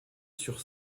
sur